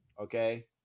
okay